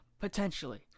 Potentially